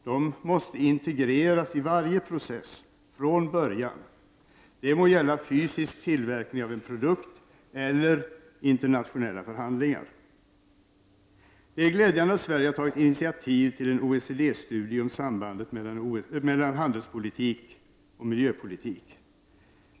De måste integreras i varje process från början, det må gälla fysisk tillverkning av en produkt eller internationella förhandlingar. Det är glädjande att Sverige har tagit initiativ till en OECD-studie om sambandet mellan handelspolitik och miljöpolitik.